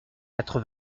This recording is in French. quatre